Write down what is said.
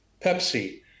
pepsi